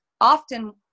often